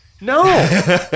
No